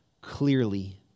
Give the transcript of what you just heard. clearly